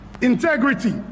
integrity